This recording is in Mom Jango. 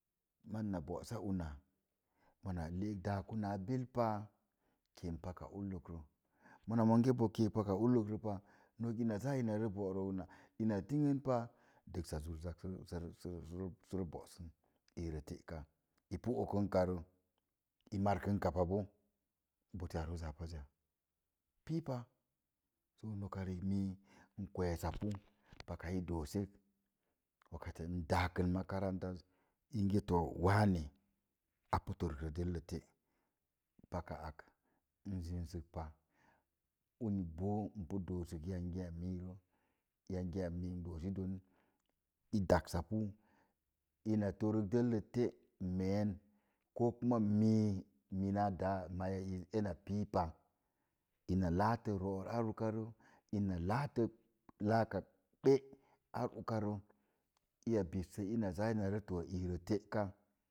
Maz na bósa una mona leek dááku na bil pa keem paka ullek rə mona monge bó keek paka ullek rə pa ina zaa ina borə ina ting pan dəgsa zur za zak sə za boosə ində teka, ipa okəkarə i markə ka pa bó bote a roz a pazza piipa uni nok riik mii n kwee sa pu paka i dósək wakati n dáá kə makarantaz to wane a pu torrik rə dəlle teka n sinsək pa uni ipu dosək yangi a mii rə yangi mii i daksə pu ina torik dəllle meen ko mii ko mai a iz na pii pa, ina latə ko zo'or ar okarə ina latə laka ɓə iya bissei ina za ina tor ində te